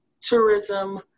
tourism